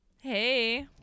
Hey